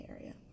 area